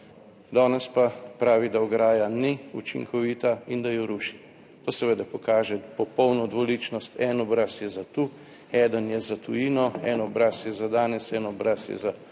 danes pa pravi, da ograja ni učinkovita in da jo ruši. To seveda pokaže popolno dvoličnost. En obraz je za tu, eden je za tujino, en obraz je za danes, en obraz je za